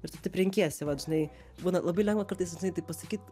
ir tu taip renkiesi vat žinai būna labai lengva kartais taip pasakyt